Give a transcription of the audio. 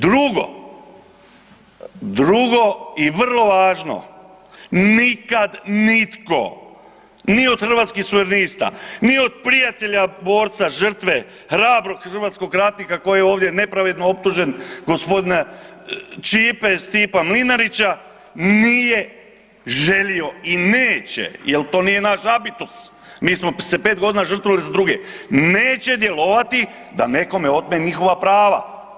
Drugo, drugo i vrlo važno, nikad nitko ni od Hrvatskih suverenista, ni od prijatelja borca žrtve, hrabrog hrvatskog ratnika koji je ovdje nepravedno optužen g. Čipe, Stipa Mlinarića nije želio i neće jel to nije naš habitus, mi smo se pet godina žrtvovali za druge, neće djelovati da nekome otme njihova prava.